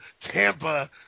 Tampa